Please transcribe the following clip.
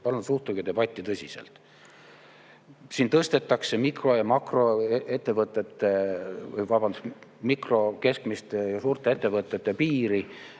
palun suhtuge debatti tõsiselt. Siin tõstetakse mikro- ja makroettevõtete, vabandust, mikro-, keskmiste ja suurte ettevõtete piiri